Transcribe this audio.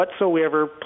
whatsoever